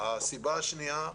הסיבה השנייה,